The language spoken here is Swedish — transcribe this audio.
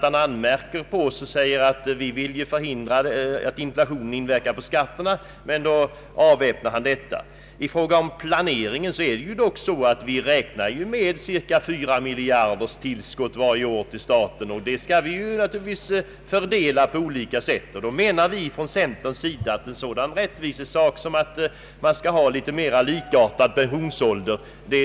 Han anmärker på oss och säger att vi vill förhindra att inflationen inverkar på skatterna och argumenterar mot oss på det sättet. I fråga om planeringen räknar vi ju med cirka 4 miljarders tillskott till staten varje år. Det skall fördelas på olika sätt. Vi från centern anser att det är en rättvisefråga att få mer likartad pensionsålder för alla.